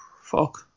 fuck